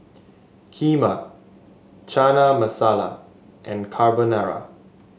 Kheema Chana Masala and Carbonara